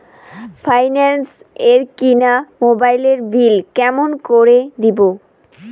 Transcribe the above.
Finance এ কিনা মোবাইলের বিল কেমন করে দিবো?